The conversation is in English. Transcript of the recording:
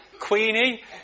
Queenie